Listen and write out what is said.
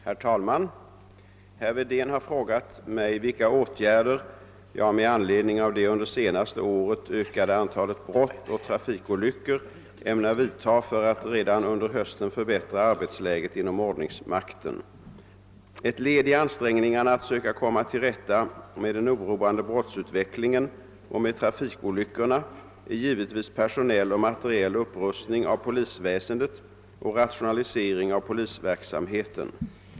Herr talman! Herr Wedén har frågat mig vilka åtgärder jag med anledning av det under senaste året ökade antalet broti och trafikolyckor ämnar vidta för att redan under hösten förbättra arbetsläget inom ordningsmakten. Ett led i ansträngningarna att söka komma till rätta med den oroande brottsutvecklingen och med trafikolyckorna är givetvis personell och materiell upprustning av polisväsendet och rationalisering av polisverksamheten.